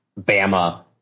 Bama